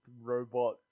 robot